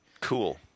Cool